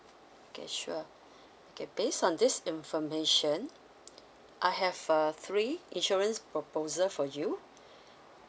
okay sure okay based on this information I have uh three insurance proposal for you